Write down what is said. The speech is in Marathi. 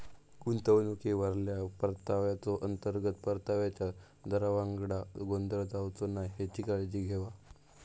गुंतवणुकीवरल्या परताव्याचो, अंतर्गत परताव्याच्या दरावांगडा गोंधळ जावचो नाय हेची काळजी घेवा